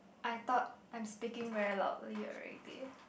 I thought I'm speaking very loudly already